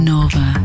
Nova